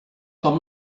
com